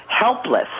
helpless